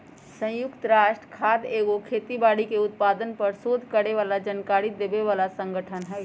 संयुक्त राष्ट्र खाद्य एगो खेती बाड़ी के उत्पादन पर सोध करे बला जानकारी देबय बला सँगठन हइ